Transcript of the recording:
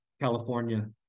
California